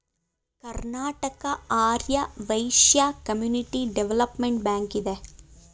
Karnataka Arya Vysya community development bank ಇದೆ